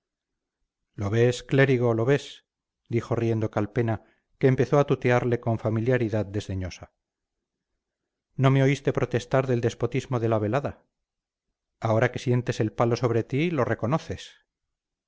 lo ves clérigo lo ves dijo riendo calpena que empezó a tutearle con familiaridad desdeñosa no me oíste protestar del despotismo de la velada ahora que sientes el palo sobre ti lo reconoces